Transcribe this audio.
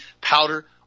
powder